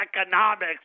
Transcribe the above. economics